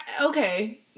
Okay